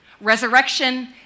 Resurrection